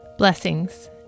Blessings